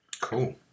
Cool